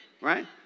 right